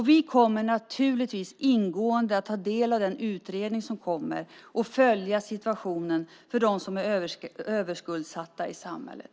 Vi kommer naturligtvis att ingående ta del av utredningen och följa situationen för de överskuldsatta i samhället.